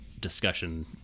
discussion